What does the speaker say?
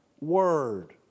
word